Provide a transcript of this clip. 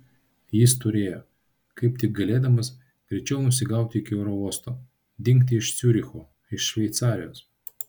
jis turėjo kaip tik galėdamas greičiau nusigauti iki oro uosto dingti iš ciuricho iš šveicarijos